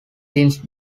since